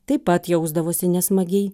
taip pat jausdavosi nesmagiai